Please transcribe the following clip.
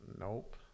Nope